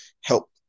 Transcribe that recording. help